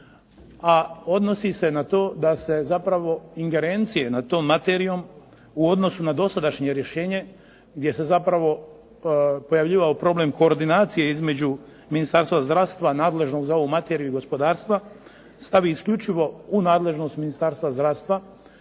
a odnosi se na to da se zapravo ingerencije nad tom materijom u odnosu na dosadašnje rješenje gdje se zapravo pojavljivao problem koordinacije između Ministarstva zdravstva nadležnog za ovu materiju i gospodarstva, stavi isključivo u nadležnost Ministarstva zdravstva